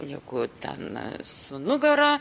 jeigu ten su nugara